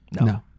no